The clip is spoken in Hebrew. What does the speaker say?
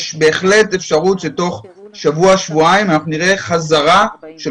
יש בהחלט אפשרות שתוך שבוע-שבועיים נראה חזרה של